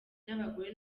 n’abagore